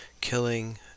killing